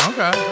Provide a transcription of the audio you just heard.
Okay